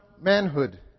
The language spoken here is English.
manhood